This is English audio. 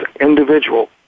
individual